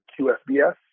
QSBS